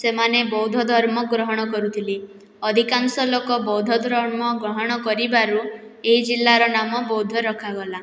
ସେମାନେ ବୌଦ୍ଧଧର୍ମ ଗ୍ରହଣ କରୁଥିଲେ ଅଧିକାଂଶ ଲୋକ ବୌଦ୍ଧଧର୍ମ ଗ୍ରହଣ କରିବାରୁ ଏଇ ଜିଲ୍ଲାର ନାମ ବୌଦ୍ଧ ରଖା ଗଲା